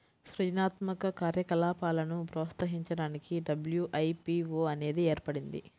సృజనాత్మక కార్యకలాపాలను ప్రోత్సహించడానికి డబ్ల్యూ.ఐ.పీ.వో అనేది ఏర్పడింది